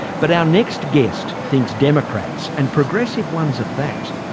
but our next guest thinks democrats and progressive ones at that,